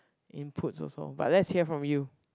inputs also but let's hear from you